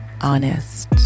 honest